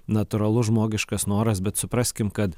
natūralus žmogiškas noras bet supraskim kad